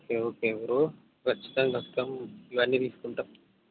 okay okay bro ఖచ్చితంగా వస్తాం ఇవన్నీ తీసుకుంటాం